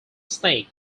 snake